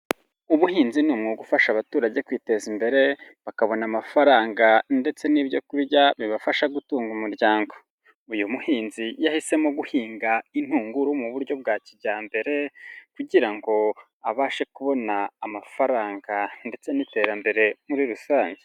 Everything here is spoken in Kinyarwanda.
Ubuhinzi ni umwuga ufasha abaturage kwiteza imbere bakabona amafaranga ndetse n'ibyo kurya bibafasha gutunga umuryango, uyu muhinzi yahisemo guhinga intunguru mu buryo bwa kijyambere kugira ngo abashe kubona amafaranga ndetse n'iterambere muri rusange.